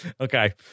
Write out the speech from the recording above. Okay